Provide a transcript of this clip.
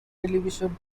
television